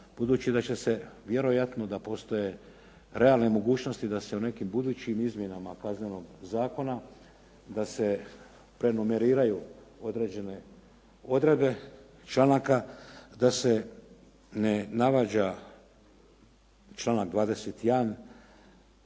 budući da će se vjerojatno da postoje realne mogućnosti da se u nekim budućim izmjenama Kaznenog zakona da se prenumeriraju određene odredbe članaka, da se ne navađa članak 21.